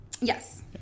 Yes